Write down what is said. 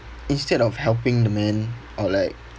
instead of helping the man or like